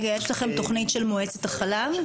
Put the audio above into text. יש לכם תוכנית של מועצת החלב?